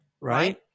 right